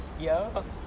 ya